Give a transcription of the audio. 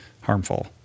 harmful